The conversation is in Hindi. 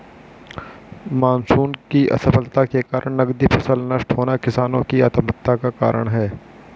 मानसून की असफलता के कारण नकदी फसल नष्ट होना किसानो की आत्महत्या का कारण है